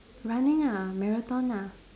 running ah marathon ah